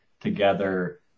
together